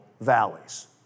valleys